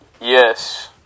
Yes